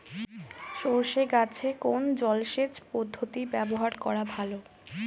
সরষে গাছে কোন জলসেচ পদ্ধতি ব্যবহার করা ভালো?